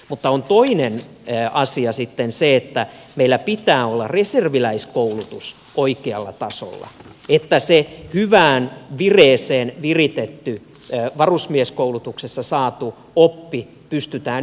mutta on toinen asia sitten se että meillä pitää olla reserviläiskoulutuksen oikealla tasolla että se hyvään vireeseen viritetty varusmieskoulutuksessa saatu oppi pystytään ylläpitämään